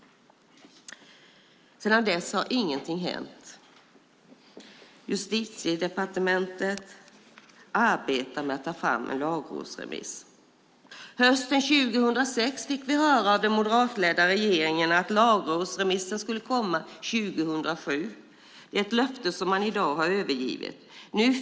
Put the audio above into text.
Sedan dess har inget hänt. Justitiedepartementet arbetar med att ta fram en lagrådsremiss. Hösten 2006 fick vi höra av den moderatledda regeringen att lagrådsremissen skulle komma 2007. Detta löfte har man övergivit.